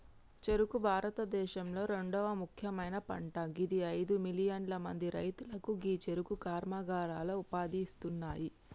చెఱుకు భారతదేశంలొ రెండవ ముఖ్యమైన పంట గిది అయిదు మిలియన్ల మంది రైతులకు గీ చెఱుకు కర్మాగారాలు ఉపాధి ఇస్తున్నాయి